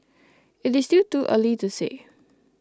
it is still too early to say